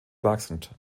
wachsend